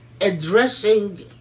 addressing